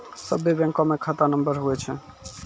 सभे बैंकमे खाता नम्बर हुवै छै